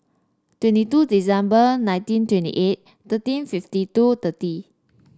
twenty two December nineteen twenty eight thirteen fifty two thirty